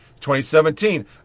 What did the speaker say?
2017